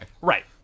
Right